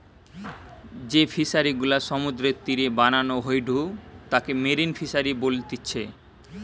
যেই ফিশারি গুলা সমুদ্রের তীরে বানানো হয়ঢু তাকে মেরিন ফিসারী বলতিচ্ছে